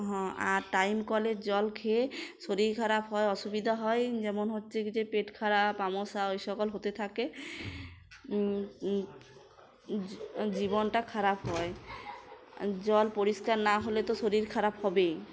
হ আর টাইম কলেের জল খেয়ে শরীর খারাপ হয় অসুবিধা হয় যেমন হচ্ছে যে পেট খারাপ আমাসা ওই সকল হতে থাকে জীবনটা খারাপ হয় জল পরিষ্কার না হলে তো শরীর খারাপ হবেই